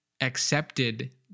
accepted